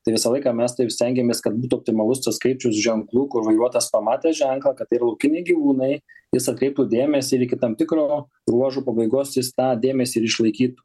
tai visą laiką mes taip stengiamės kad būtų optimalus tas skaičius ženklų kur vairuotojas pamatė ženklą kad tai yra laukiniai gyvūnai jis atkreiptų dėmesį ir iki tam tikro ruožo pabaigos jis tą dėmesį ir išlaikytų